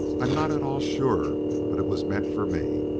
i'm not at all sure but it was meant for me.